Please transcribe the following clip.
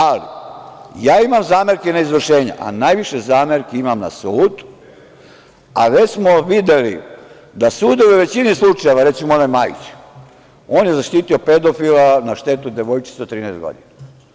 Ali, ja imam zamerke na izvršenja, a najviše zamerki imam na sud, a već smo videli da sudovi u većini slučajeva, recimo onaj Majić, on je zaštitio pedofila na štetu devojčice od 13 godina.